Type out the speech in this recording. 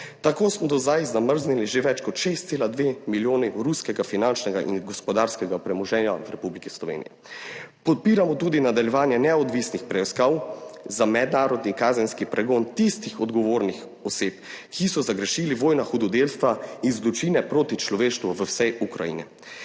Tako smo do zdaj zamrznili že več kot 6,2 milijone ruskega finančnega in gospodarskega premoženja v Republiki Sloveniji. Podpiramo tudi nadaljevanje neodvisnih preiskav za mednarodni kazenski pregon tistih odgovornih oseb, ki so zagrešili vojna hudodelstva in zločine proti človeštvu v vsej Ukrajini.